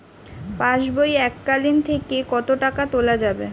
পাশবই এককালীন থেকে কত টাকা তোলা যাবে?